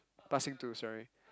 passing to sorry